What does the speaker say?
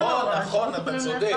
נכון, אתה צודק.